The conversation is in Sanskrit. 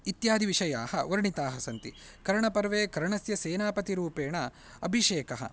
इत्यादिविषयाः वर्णिताः सन्ति कर्णपर्वे कर्णस्य सेनापतिरूपेण अभिषेकः